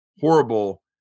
horrible